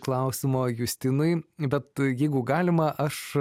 klausimo justinui bet jeigu galima aš